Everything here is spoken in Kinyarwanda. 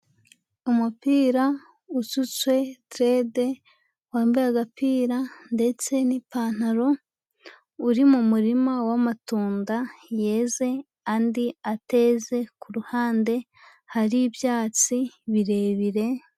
Umupira usutswe direde, wambaye agapira ndetse n'ipantaro, uri mu murima w'amatunda yeze andi ateze, ku ruhande hari ibyatsi birebire.